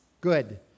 Good